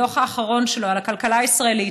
ה-OECD, בדוח האחרון שלו על הכלכלה הישראלית,